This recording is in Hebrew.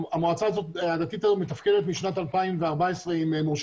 המועצה הדתית היום מתפקדת משנת 2014 עם מורשה